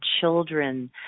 children